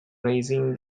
raising